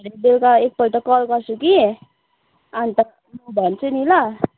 भरे बेलुका एकपल्ट कल गर्छु कि अन्त म भन्छु नि ल